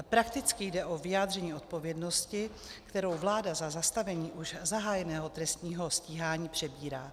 Prakticky jde o vyjádření odpovědnosti, kterou vláda za zastavení už zahájeného trestního stíhání přebírá.